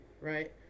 right